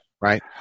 Right